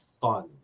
fun